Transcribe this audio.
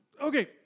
Okay